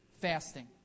Fasting